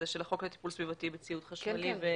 הזה של החוק לטיפול סביבתי בציוד חשמלי,